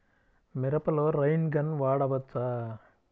మిరపలో rain gun వాడవచ్చా?